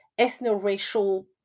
ethno-racial